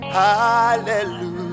hallelujah